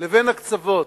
לבין הקצוות.